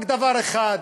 רק דבר אחד: